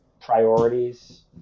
priorities